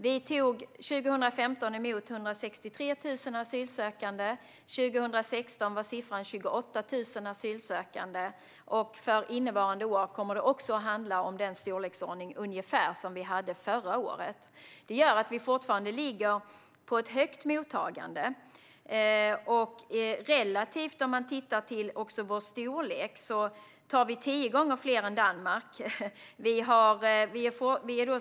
Det året tog vi emot 163 000 asylsökande, 2016 var siffran 28 000 och för innevarande år blir det i samma storleksordning som förra året. Det gör att vi fortfarande ligger på ett högt mottagande. Relativt, om man tittar på vår storlek, tar vi emot tio gånger fler än Danmark.